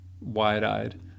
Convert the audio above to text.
wide-eyed